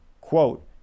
quote